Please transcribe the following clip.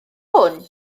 hwn